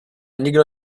nikdo